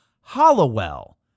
Hollowell